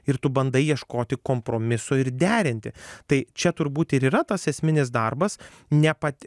ir tu bandai ieškoti kompromiso ir derinti tai čia turbūt ir yra tas esminis darbas ne pat